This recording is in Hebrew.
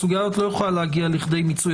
היא לא תוכל להגיע לידי מיצוי